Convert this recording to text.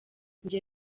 njye